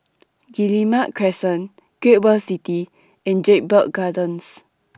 Guillemard Crescent Great World City and Jedburgh Gardens